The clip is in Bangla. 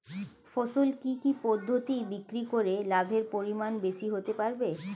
ফসল কি কি পদ্ধতি বিক্রি করে লাভের পরিমাণ বেশি হতে পারবে?